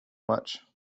much